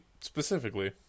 specifically